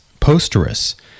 Posterous